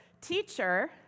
Teacher